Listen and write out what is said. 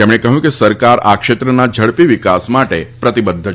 તેમણે કહ્યું કે સરકાર આ ક્ષેત્રના ઝડપી વિકાસ માટે પ્રતિબદ્ધ છી